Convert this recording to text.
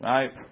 Right